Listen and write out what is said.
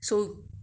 so